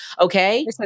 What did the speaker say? Okay